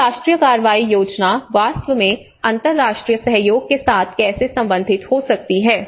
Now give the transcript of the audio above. तो राष्ट्रीय कार्रवाई योजना वास्तव में अंतर्राष्ट्रीय सहयोग के साथ कैसे संबंधित हो सकती है